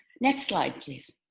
next slide please.